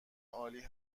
عالی